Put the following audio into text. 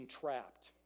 trapped